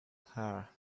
hard